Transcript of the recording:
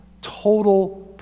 total